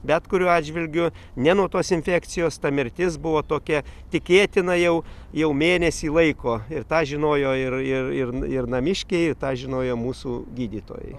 bet kuriuo atžvilgiu ne nuo tos infekcijos ta mirtis buvo tokia tikėtina jau jau mėnesį laiko ir tą žinojo ir ir ir ir namiškiai tą žinojo mūsų gydytojai